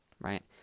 right